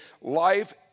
life